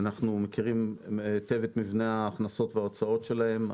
אנחנו מכירים היטב את מבנה ההכנסות וההוצאות שלהם.